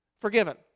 Forgiven